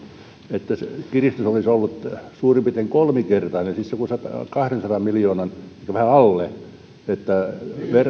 että kiristys olisi ollut suurin piirtein kolminkertainen siis vähän kahdensadan miljoonan alle että